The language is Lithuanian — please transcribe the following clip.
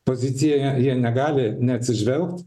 pozicija jie negali neatsižvelgt